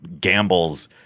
gambles